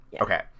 Okay